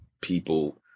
people